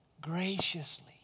Graciously